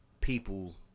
People